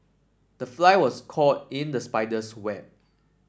the fly was caught in the spider's web